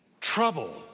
trouble